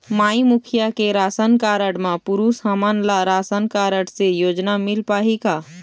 माई मुखिया के ration card म पुरुष हमन ला राशन कारड से योजना मिल पाही का?